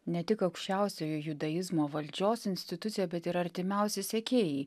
ne tik aukščiausioji judaizmo valdžios institucija bet ir artimiausi sekėjai